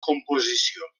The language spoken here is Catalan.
composició